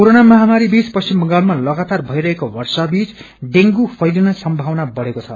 corona महामारी बीच पश्चिम बंगालमा लगातार भइरहेको वर्षाबीच डेंगू फैलिने संभावना बढ़ेको छ